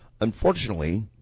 Unfortunately